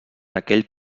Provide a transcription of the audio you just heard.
aquell